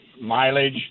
mileage